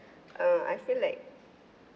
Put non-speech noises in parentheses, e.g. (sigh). (breath) uh I feel like